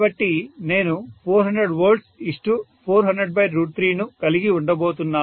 కాబట్టి నేను 400V4003ను కలిగి ఉండబోతున్నాను